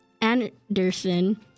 Anderson